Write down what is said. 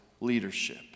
leadership